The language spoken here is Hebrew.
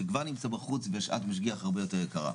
שכבר נמצא בחוץ ושעת משגיח הרבה יותר יקרה.